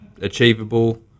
achievable